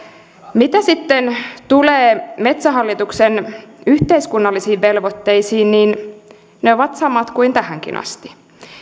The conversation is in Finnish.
mitä sitten tulee metsähallituksen yhteiskunnallisiin velvoitteisiin niin ne ovat samat kuin tähänkin asti